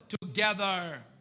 together